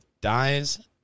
dies